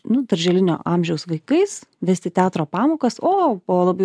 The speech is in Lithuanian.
nu darželinio amžiaus vaikais vesti teatro pamokas o buvo labai